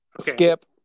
Skip